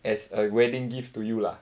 as a wedding gift to you lah